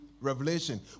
Revelation